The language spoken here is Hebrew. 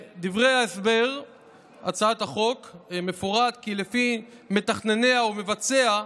בדברי ההסבר להצעת החוק מפורט כי לפי מתכנניה ומבצעיה,